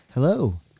Hello